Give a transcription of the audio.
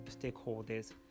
stakeholders